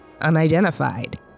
unidentified